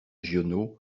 giono